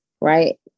right